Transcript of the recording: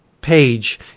page